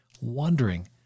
wondering